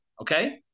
okay